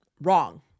wrong